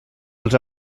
els